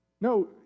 No